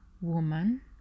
woman